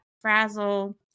frazzle